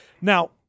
Now